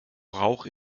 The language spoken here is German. rauch